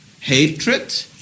hatred